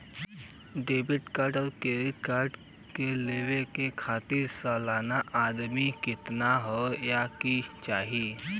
Debit और credit card लेवे के खातिर सलाना आमदनी कितना हो ये के चाही?